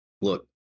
Look